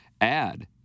add